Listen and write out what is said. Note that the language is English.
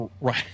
Right